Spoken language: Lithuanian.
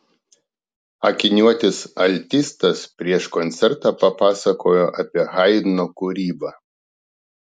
akiniuotis altistas prieš koncertą papasakojo apie haidno kūrybą